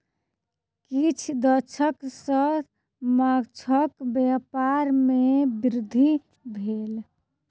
किछ दशक सॅ माँछक व्यापार में वृद्धि भेल